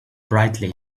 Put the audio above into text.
brightly